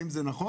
האם זה נכון?